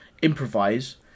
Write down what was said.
improvise